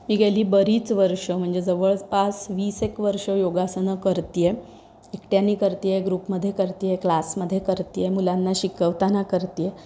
मी गेली बरीच वर्ष म्हणजे जवळ पाच वीस एक वर्ष योगासनं करते आहे एकट्याने करते आहे ग्रुपमध्ये करते आहे क्लासमध्ये करते आहे मुलांना शिकवताना करते आहे